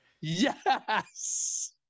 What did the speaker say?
Yes